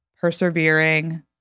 persevering